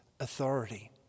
authority